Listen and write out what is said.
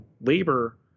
labor